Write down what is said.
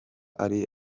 ari